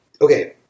okay